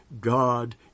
God